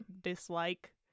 dislike